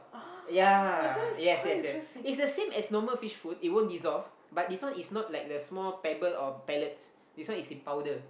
ya yes yes yes it's the same as normal fish food it won't dissolve but this one is not like the small pebble or pellets this one is in powder